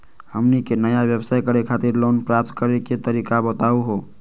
हमनी के नया व्यवसाय करै खातिर लोन प्राप्त करै के तरीका बताहु हो?